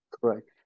Correct